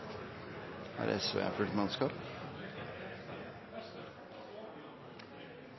er SV